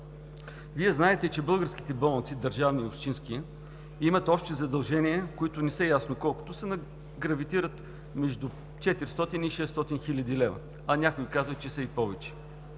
Вие знаете, че българските болници, държавни и общински, имат общи задължения, които не са ясно колко са, но гравитират между 400 и 600 хил. лв., а някои казват, че са и повече.